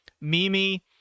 Mimi